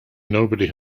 nobody